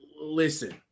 Listen